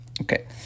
Okay